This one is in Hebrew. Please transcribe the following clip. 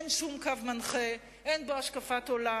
אין שום קו מנחה, אין בו השקפת עולם.